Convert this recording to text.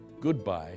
goodbye